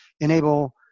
enable